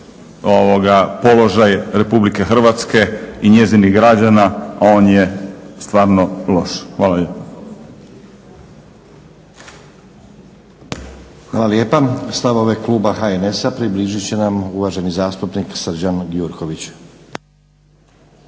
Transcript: položaj Republike Hrvatske i njezinih građana, a on je stvarno loš. Hvala lijepa.